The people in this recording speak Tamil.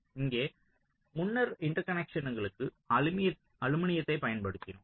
இங்கே முன்னர் இன்டர்கனக்க்ஷன்களுக்கு அலுமினியத்தைப் பயன்படுத்தினோம்